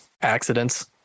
accidents